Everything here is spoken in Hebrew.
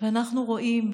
ואנחנו רואים,